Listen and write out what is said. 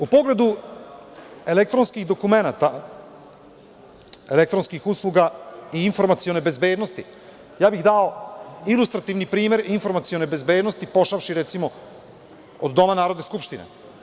U pogledu elektronskih dokumenata elektronskih usluga i informacione bezbednosti, ja bih dao ilustrativni primer informacione bezbednosti pošavši, recimo, od Doma Narodne skupštine.